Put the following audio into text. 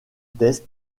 test